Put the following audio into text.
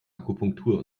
akupunktur